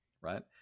Right